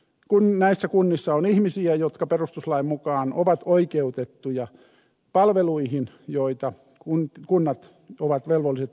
kuitenkin näissä kunnissa on ihmisiä jotka perustuslain mukaan ovat oikeutettuja palveluihin joita kunnat ovat velvolliset järjestämään